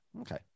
Okay